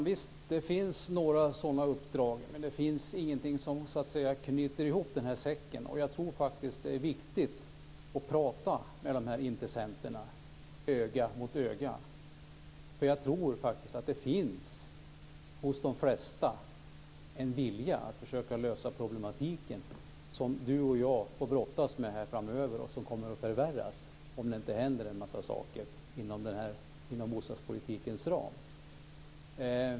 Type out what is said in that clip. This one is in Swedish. Fru talman! Visst finns det några sådana uppdrag, men inget som knyter ihop säcken. Det är viktigt att prata med intressenterna, öga mot öga. Det finns en vilja hos de flesta att lösa de problem som Bengt-Ola Ryttar och jag får brottas med framöver. De problemen kommer att förvärras om det inte händer saker inom bostadspolitikens ram.